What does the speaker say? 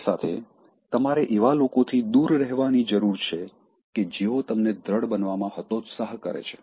સાથે સાથે તમારે એવા લોકોથી દૂર રહેવાની જરૂર છે કે જેઓ તમને દ્દઢ બનવામાં હતોત્સાહ કરે છે